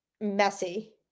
messy